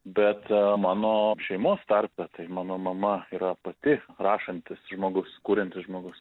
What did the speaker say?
bet mano šeimos tarpe tai mano mama yra pati rašantis žmogus kuriantis žmogus